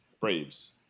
Braves